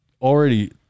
already